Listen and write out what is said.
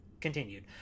continued